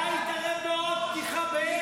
מתי הוא התערב בהוראות פתיחה באש?